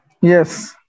Yes